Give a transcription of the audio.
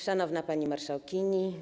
Szanowna Pani Marszałkini!